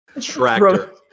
Tractor